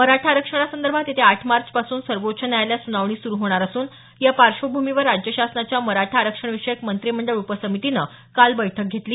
मराठा आरक्षणासंदर्भात येत्या आठ मार्च पासून सर्वोच्च न्यायालयात सुनावणी सुरु होणार असून या पार्श्वभूमीवर राज्य शासनाच्या मराठा आरक्षणविषयक मंत्रिमंडळ उपसमितीनं काल बैठक घेतली